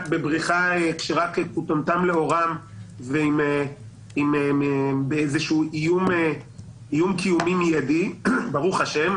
בבריחה כשרק כותנתם לעורם מתוך איזשהו איום קיומי מיידי ברוך השם,